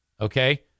Okay